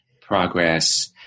progress